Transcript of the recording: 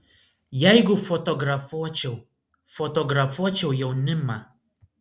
jeigu fotografuočiau fotografuočiau jaunimą